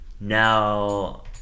now